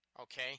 Okay